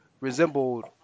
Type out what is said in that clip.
resembled